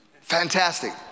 Fantastic